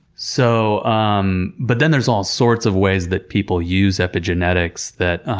so um but then there's all sorts of ways that people use epigenetics that